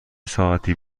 ساعتی